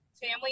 family